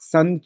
Sun